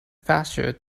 faster